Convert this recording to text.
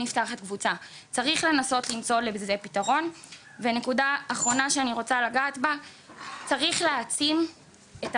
יודעת מה, אנחנו צריכים להחליף ריגוש בריגוש.